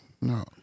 No